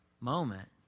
moment